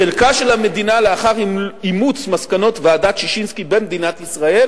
חלקה של המדינה לאחר אימוץ מסקנות ועדת-ששינסקי במדינת ישראל